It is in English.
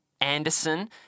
Anderson –